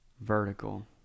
Vertical